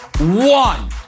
One